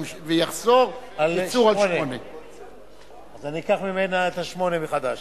ויחזור בקיצור על 8. אקח ממנה את 8 מחדש.